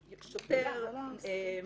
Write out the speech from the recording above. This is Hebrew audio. שותפות.